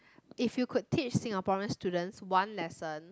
if you could teach Singaporeans students one lesson